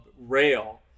rail